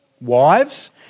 Wives